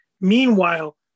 meanwhile